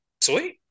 Sweet